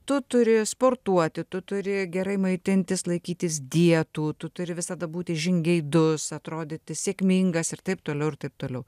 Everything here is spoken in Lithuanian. tu turi sportuoti tu turi gerai maitintis laikytis dietų tu turi visada būti žingeidus atrodyti sėkmingas ir taip toliau ir taip toliau